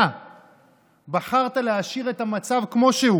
אתה בחרת להשאיר את המצב כמו שהוא